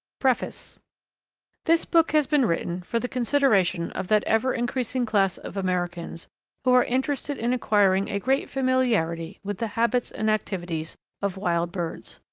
preface this book has been written for the consideration of that ever-increasing class of americans who are interested in acquiring a greater familiarity with the habits and activities of wild birds.